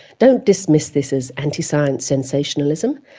don't dismiss this as anti-science sensationalism,